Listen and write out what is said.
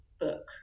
book